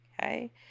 okay